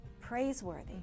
praiseworthy